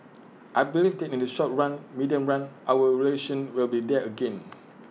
I believe that in the short run medium run our relations will be there again